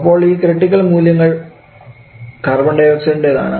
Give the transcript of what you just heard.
അപ്പോൾ ഈ ക്രിറ്റിക്കൽ മൂല്യങ്ങൾ കാർബൺ ഡയോക്സൈഡിൻറെതാണ്